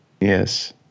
Yes